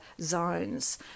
zones